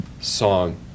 song